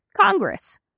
Congress